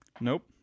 Nope